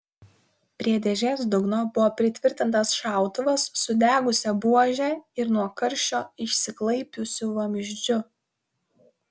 prie dėžės dugno buvo pritvirtintas šautuvas sudegusia buože ir nuo karščio išsiklaipiusiu vamzdžiu